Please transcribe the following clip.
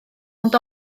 ond